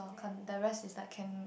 and the rest is like can